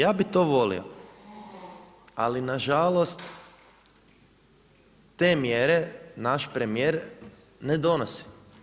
Ja bi to volio, ali nažalost te mjere naš premijer ne donosi.